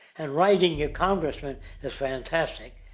and writing your congressman is fantastic.